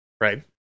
right